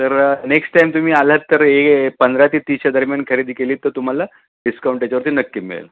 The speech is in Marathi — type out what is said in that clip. तर नेक्स्ट टाईम तुम्ही आलात तर ए पंधरा ते तीसशे दरम्यान खरेदी केली तर तुम्हाला डिस्काउंट त्याच्यावरती नक्की मिळेल